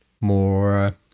more